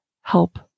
help